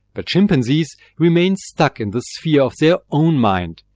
but chimpanzees remain stuck in the sphere of their own mind.